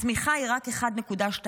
הצמיחה היא רק 1.2%,